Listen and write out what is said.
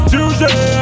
Tuesday